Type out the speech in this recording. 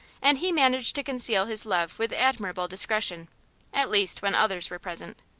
and he managed to conceal his love with admirable discretion at least when others were present.